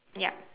ya